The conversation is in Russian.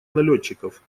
налетчиков